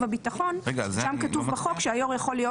הביטחון כאשר בחוק כתוב שהיושב ראש יכול להיות